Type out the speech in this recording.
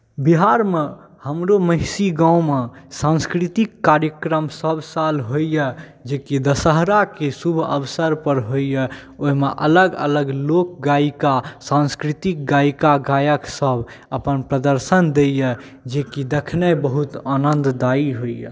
बिहार मे हमरो मेहिषी गाँवमे सांस्कृतिक कार्यक्रम सभ साल होइया जेकि दशहराके शुभ अवसर पर होइया ओहिमे अलग अलग लोकगायिका सांस्कृतिक गायिका गायक सभ अपन प्रदर्शन दैया जेकि देखनाइ बहुत आनन्ददायी होइया